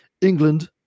England